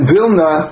Vilna